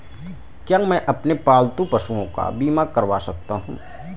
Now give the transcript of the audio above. क्या मैं अपने पालतू पशुओं का बीमा करवा सकता हूं?